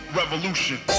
revolution